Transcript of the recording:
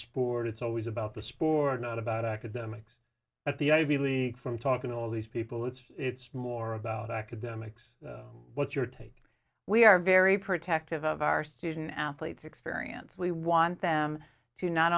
sport it's always about the sport not about academics at the ivy league from talking to all these people it's it's more about academics what's your take we are very protective of our student athletes experience we want them to not